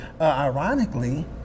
Ironically